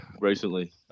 recently